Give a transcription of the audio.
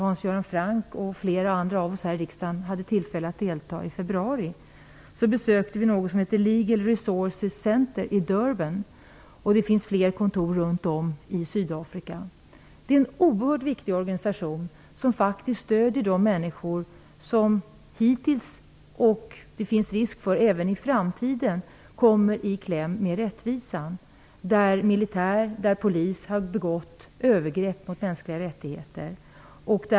Hans Göran Franck och flera andra av oss här i riksdagen hade tillfälle att delta, besökte vi något som hette Legal Resources Centre i Durban; det finns flera kontor runt om i Sydafrika. Det är en oerhört viktig organisation, som stöder människor som hittills har kommit i kläm med rättvisan och med stor risk även i framtiden kommer att göra det. Det är fall där militär och polis har begått övergrepp mot de mänskliga rättigheterna.